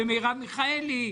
מרב מיכאלי,